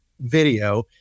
video